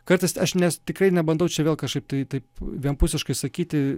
kartais aš nes tikrai nebandau čia vėl kažkaip tai taip vienpusiškai sakyti